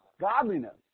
godliness